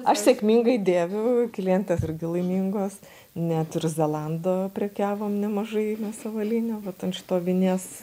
aš sėkmingai dėviu klientės irgi laimingos net ir zelando prekiavom nemažai mes avalyne vat ant šito vinies